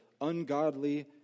ungodly